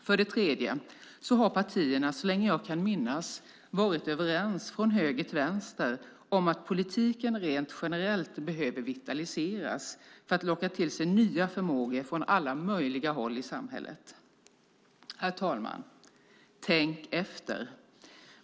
För det tredje har partierna så länge jag kan minnas varit överens från höger till vänster om att politiken rent generellt behöver vitaliseras för att locka till sig nya förmågor från alla möjliga håll i samhället. Tänk efter!